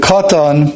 Katan